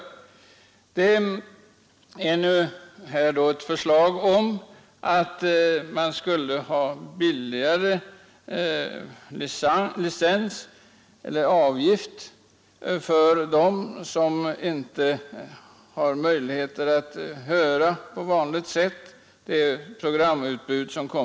Mot denna bakgrund har det föreslagits att man för dem som inte har möjligheter att på vanligt sätt höra Sveriges Radios programutbud skulle införa befrielse från skyldigheten att betala avgift för innehav av ljudradio och TV.